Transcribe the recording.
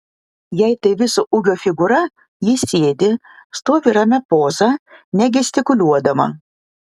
jei tai viso ūgio figūra ji sėdi stovi ramia poza negestikuliuodama